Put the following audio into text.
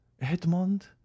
Edmond